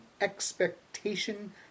expectation